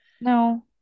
No